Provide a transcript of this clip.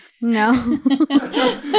No